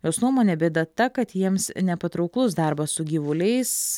jos nuomone bėda ta kad jiems nepatrauklus darbas su gyvuliais